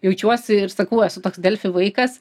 jaučiuosi ir sakau esu toks delfi vaikas